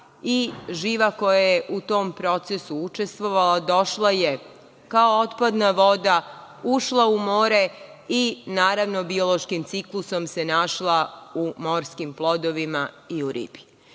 i živa koja je u tom procesu učestvovala došla je kao otpadna voda, ušla u more i naravno, biološkim ciklusom se našla u morskim plodovima i u ribi. To